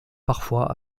parfois